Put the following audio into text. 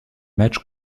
match